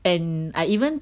and I even